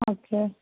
okay